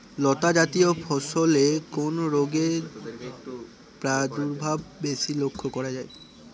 লতাজাতীয় ফসলে কোন রোগের প্রাদুর্ভাব বেশি লক্ষ্য করা যায়?